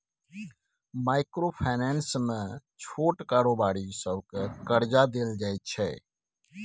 micro finance मे छोट कारोबारी सबकेँ करजा देल जाइ छै